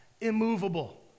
immovable